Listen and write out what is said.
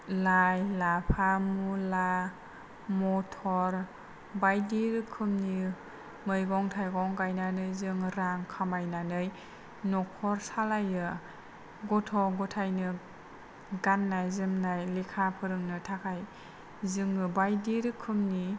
लाइ लाफा मुला मथ'र बायदि रोखोमनि मैगं थायगं गायनानै जों रां खामायनानै न'खर सालायो गथ' गथायनो गाननाय जोमनाय लेखा फोरोंनो थाखाय जोङो बायदि रोखोमनि